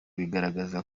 bigaragaza